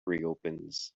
reopens